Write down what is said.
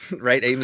right